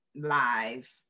live